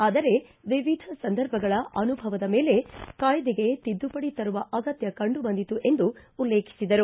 ಆದರೆ ವಿವಿಧ ಸಂದರ್ಭಗಳ ಅನುಭವದ ಮೇಲೆ ಕಾಯ್ದೆಗೆ ತಿದ್ದುಪಡಿ ತರುವ ಅಗತ್ಯ ಕಂಡುಬಂದಿತು ಎಂದು ಉಲ್ಲೇಖಿಸಿದರು